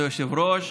כבוד היושב-ראש,